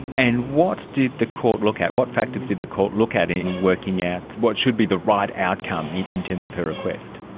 and what did the court look at, what factors did the court look at in working out what should be the right outcome in in terms of her request?